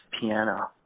piano